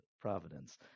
providence